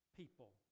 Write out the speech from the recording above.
people